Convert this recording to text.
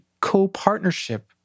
co-partnership